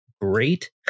great